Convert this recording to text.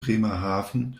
bremerhaven